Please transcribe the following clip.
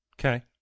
Okay